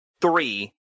three